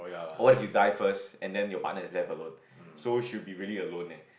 what if you die first and then your partner is left alone so she will be really alone leh